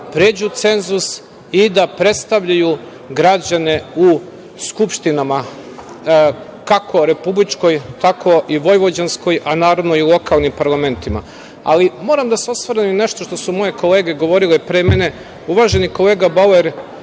pređu cenzus i da predstavljaju građane u skupštinama, kako republičkoj, tako i vojvođanskoj, a naravno i u lokalnim parlamentima. Moram da se osvrnem i na nešto što su moje kolege govorile pre mene, uvaženi kolega Bauer